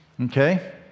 Okay